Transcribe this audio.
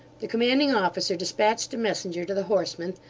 the commanding-officer despatched a messenger to the horsemen,